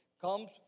comes